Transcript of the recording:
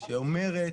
שאומרת,